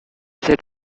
cet